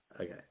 Okay